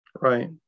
right